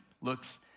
looks